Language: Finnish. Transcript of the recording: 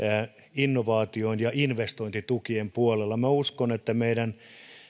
innovaatio ja investointitukien puolella minä uskon että meidän